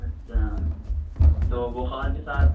اچھا تو بخار کے ساتھ